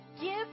give